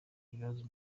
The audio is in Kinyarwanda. ibibazo